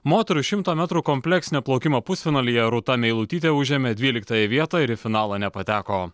moterų šimto metrų kompleksinio plaukimo pusfinalyje rūta meilutytė užėmė dvyliktąją vietą ir į finalą nepateko